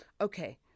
Okay